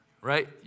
right